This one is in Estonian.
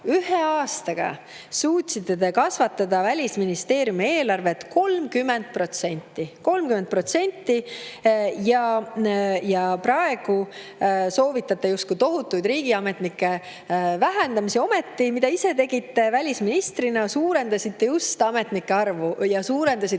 ühe aastaga! – kasvatada Välisministeeriumi eelarvet 30%. 30%! Ja praegu soovitate justkui tohutut riigiametnike vähendamist. Ometi, mida te ise välisministrina tegite? Suurendasite just ametnike arvu, ja suurendasite